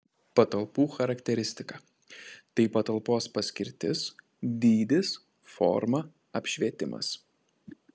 patalpų charakteristika tai patalpos paskirtis dydis forma apšvietimas